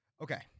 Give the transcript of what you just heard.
Okay